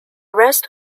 rest